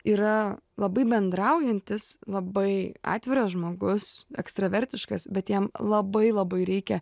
yra labai bendraujantis labai atviras žmogus ekstravertiškas bet jam labai labai reikia